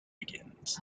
begins